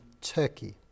Turkey